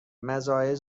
مزایای